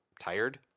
tired